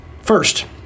First